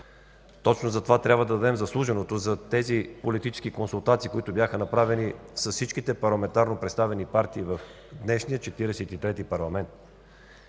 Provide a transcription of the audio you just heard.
Точно затова трябва да отдадем заслуженото за тези политически консултации, които бяха направени с всички парламентарно представени партии в днешния Четиридесет